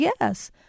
yes